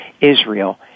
Israel